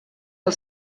del